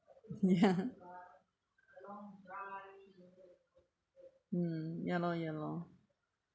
mm ya lor ya lor